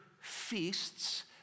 feasts